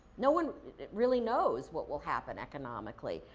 no one really knows what will happen economically.